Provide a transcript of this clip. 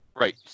Right